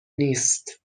نیست